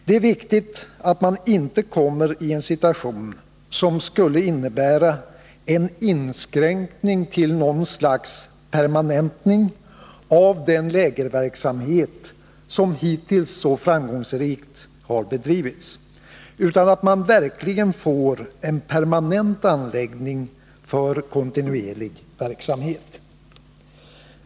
Det är viktigt att man inte kommer i en situation som innebär en inskränkning till något slags permanentning av den lägerverksamhet som hittills så framgångsrikt har bedrivits, utan att man verkligen får en permanent anläggning för kontinuerlig verksamhet.